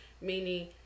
Meaning